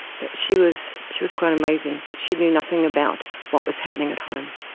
but she was she was quite amazing, but she knew nothing about what was happening at home,